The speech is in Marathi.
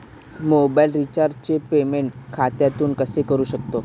मोबाइल रिचार्जचे पेमेंट खात्यातून कसे करू शकतो?